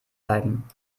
bleiben